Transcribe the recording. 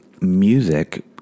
music